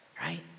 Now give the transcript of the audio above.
Right